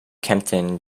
kempton